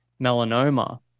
melanoma